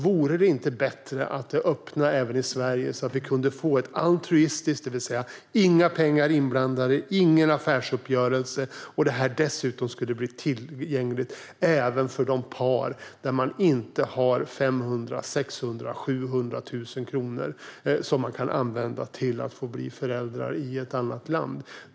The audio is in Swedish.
Vore det inte bättre att öppna för altruistiska surrogatmoderskap även i Sverige utan att några pengar inblandade och utan någon affärsuppgörelse. Dessutom skulle detta bli tillgängligt även för de par som inte har 500 000-700 000 kronor som kan användas för att bli föräldrar i ett annat land.